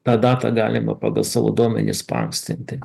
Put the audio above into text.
tą datą galima pagal savo duomenis paankstinti